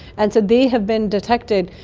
and so they have been detected.